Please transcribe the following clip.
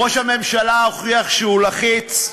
ראש הממשלה הוכיח שהוא לחיץ,